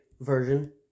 Version